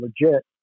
legit